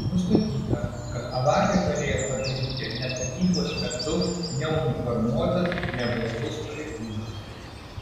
nustatyta kad avariją galėjo padaryti ne tarnybos metu neuniformuotas ir neblaivus pareigūnas